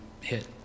hit